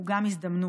הוא גם הזדמנות,